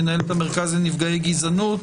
מנהלת המרכז לנפגעי גזענות,